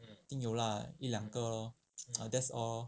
一定有 lah 一两个 lor that's all